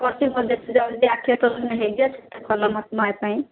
ଯେତେ ଜଲ୍ଦି ଆଖି ଅପରେସନ୍ ହୋଇଯିବ ସେତେ ଭଲ ମୋ ପାଇଁ